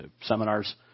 seminars